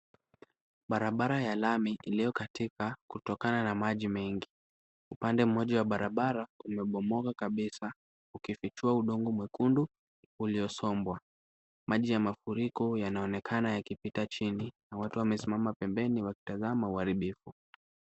Barabara ya lami iliyokatika kutokana na maji mengi. Upande mmoja wa barabara umebomoka kabisa, ukifichua udongo mwekundu uliosombwa. Maji ya mafuriko yanaonekana yakipita chini na watu wamesimama pembeni wakitazama uharibifu.